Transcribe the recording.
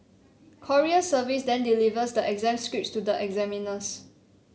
courier service then delivers the exam scripts to the examiners